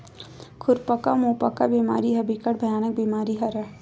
खुरपका मुंहपका बेमारी ह बिकट भयानक बेमारी हरय